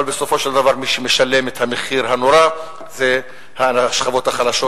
אבל בסופו של דבר מי שמשלם את המחיר הנורא הן השכבות החלשות,